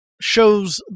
shows